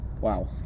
Wow